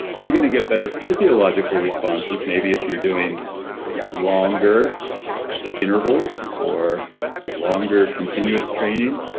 are you going to get better physiological responses maybe if you're doing longer intervals or longer continuous training?